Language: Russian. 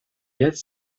ряд